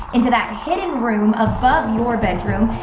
into that hidden room above your bedroom,